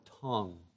tongue